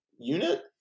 unit